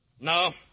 No